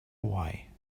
away